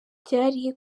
byari